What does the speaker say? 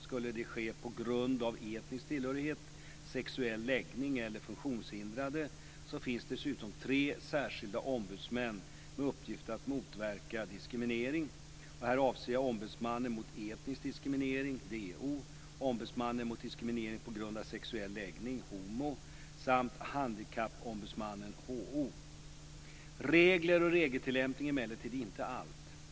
Skulle det ske på grund av etnisk tillhörighet, sexuell läggning eller funktionshinder finns dessutom tre särskilda ombudsmän med uppgift att motverka diskriminering. Här avser jag Ombudsmannen mot etnisk diskriminering , Ombudsmannen mot diskriminering på grund av sexuell läggning samt Handikappombudsmannen . Regler och regeltillämpning är emellertid inte allt.